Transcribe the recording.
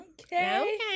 Okay